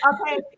Okay